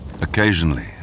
Occasionally